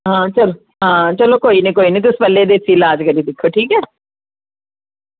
आं चलो आं चलो कोई निं कोई निं ते तुस देसी लाज़ड करी दिक्खो ठीक ऐ